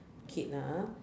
kid lah ah